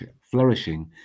flourishing